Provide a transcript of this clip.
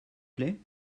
plait